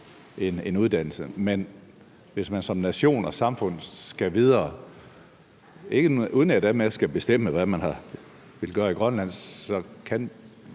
en uddannelse, men hvis man som nation og samfund skal videre – uden at jeg dermed skal bestemme, hvordan man vil gøre i Grønland – så er